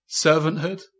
servanthood